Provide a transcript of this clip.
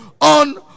on